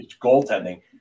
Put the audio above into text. goaltending